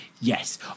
yes